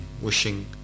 wishing